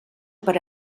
per